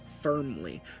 firmly